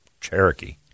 Cherokee